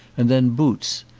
and then boots,